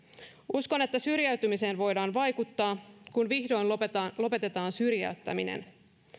uskon että syrjäytymiseen voidaan vaikuttaa kun vihdoin lopetetaan lopetetaan syrjäyttäminen